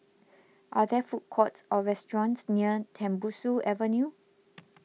are there food courts or restaurants near Tembusu Avenue